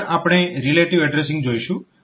આગળ આપણે relative addressing જોઈશું